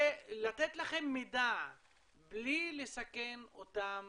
ולתת לכם מידע בלי לסכן אותם